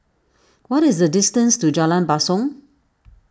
what is the distance to Jalan Basong